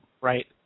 right